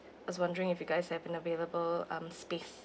I was wondering if you guys have any available um space